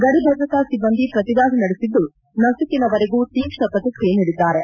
ಗಡಿ ಭದ್ರತಾ ಸಿಬ್ಬಂದಿ ಪ್ರತಿದಾಳಿ ನಡೆಸಿದ್ದು ನಸುಕಿನವರೆಗೂ ತೀಕ್ಷ್ಣ ಪ್ರತಿಕ್ರಿಯೆ ನೀಡಿದ್ದಾರೆ